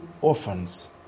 orphans